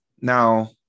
Now